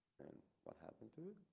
and what happened to it.